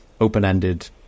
open-ended